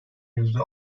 yüzde